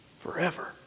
forever